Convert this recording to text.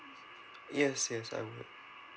yes yes I would